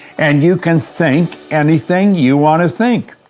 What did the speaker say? and you can think anything you want to think.